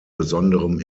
besonderem